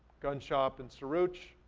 gun shop in suruc,